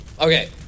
Okay